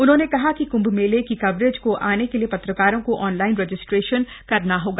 उन्होंने कहा कि कुंभ मेला की कवरेज को आने के लिए पत्रकारों को ऑनलाइन रजिस्ट्रेशन करना होगा